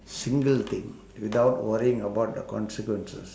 single thing without worrying about the consequences